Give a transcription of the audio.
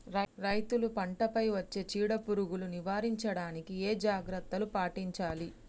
రైతులు పంట పై వచ్చే చీడ పురుగులు నివారించడానికి ఏ జాగ్రత్తలు పాటించాలి?